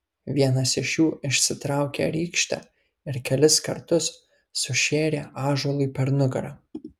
vienas iš jų išsitraukė rykštę ir kelis kartus sušėrė ąžuolui per nugarą